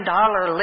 Dollar